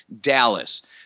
Dallas